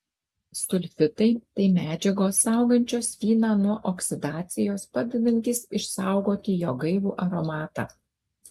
sulfitai tai medžiagos saugančios vyną nuo oksidacijos padedantys išsaugoti jo gaivų aromatą